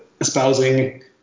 espousing